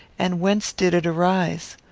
and whence did it arise?